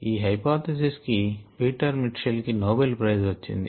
ఈ హైపోథసిస్ కి Peter Mitchell కి నోబెల్ ప్రైజ్ వచ్చింది